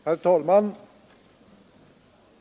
Herr talman!